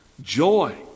joy